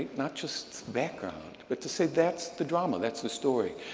not just background, but to say that's the drama. that's the story.